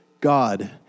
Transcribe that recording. God